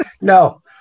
no